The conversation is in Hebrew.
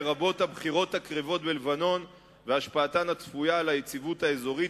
לרבות הבחירות הקרבות בלבנון והשפעתן הצפויה על היציבות האזורית,